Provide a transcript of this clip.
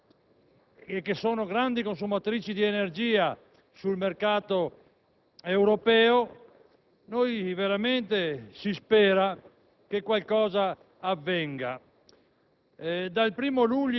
spende annualmente di energia 700-800 euro in più di una famiglia francese, se è vero che i costi per l'industria